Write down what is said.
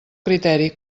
criteri